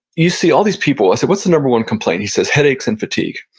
you see all these people, i said, what's the number one complaint? he says, headaches and fatigue.